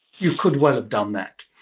you could well have done that.